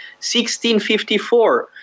1654